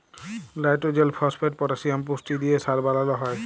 লাইট্রজেল, phosphate, potassium পুষ্টি দিঁয়ে সার বালাল হ্যয়